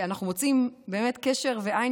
ואנחנו מוצאים באמת קשר ואנחנו רואים